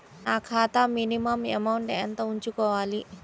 నా ఖాతా minimum amount ఎంత ఉంచుకోవాలి?